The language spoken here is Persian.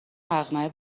مقنعه